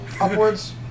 Upwards